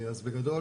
אז בגדול,